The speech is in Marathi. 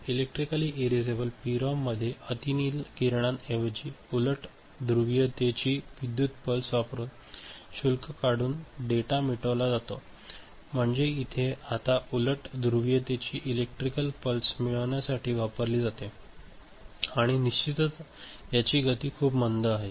इलेक्ट्रीकली इरेसेबल पीआरओममध्ये अतिनील किरणांऐवजी उलट ध्रुवीयतेची विद्युत पल्स वापरून शुल्क काढून डेटा मिटविला जातो म्हणजे इथे आता उलट ध्रुवीयतेची इलेलेक्ट्रिकल पल्स मिटवण्यासाठी वापरली जाते आणि निश्चितच याची गती खूपच मंद आहे